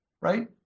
right